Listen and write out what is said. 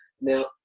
Now